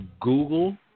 Google